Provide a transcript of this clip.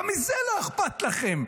גם מזה לא אכפת לכם.